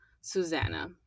Susanna